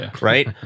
Right